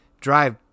drive